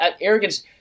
arrogance